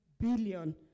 billion